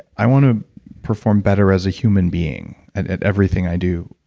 i want to perform better as a human being and at everything i do.